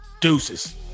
Deuces